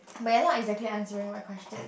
but you are not exactly answering my question